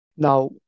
Now